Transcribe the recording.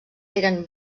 eren